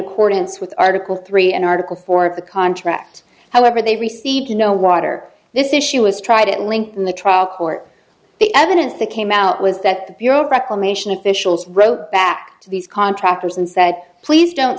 accordance with article three and article four of the contract however they received no water this issue is try to link in the trial court the evidence that came out was that the bureau of reclamation officials wrote back to these contractors and said please don't